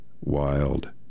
wild